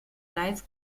live